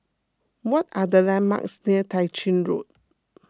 what are the landmarks near Tah Ching Road